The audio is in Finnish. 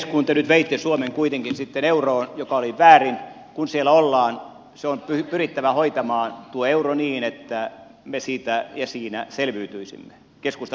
kun te nyt veitte suomen kuitenkin sitten euroon mikä oli väärin ja kun siellä ollaan se on pyrittävä hoitamaan tuo euro niin että me siitä ja siinä selviytyisimme keskusta lähtee tästä